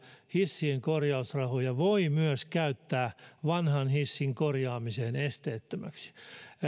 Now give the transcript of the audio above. hissien korjausrahoja voi käyttää myös vanhan hissin korjaamiseen esteettömäksi